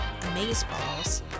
amazeballs